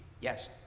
yes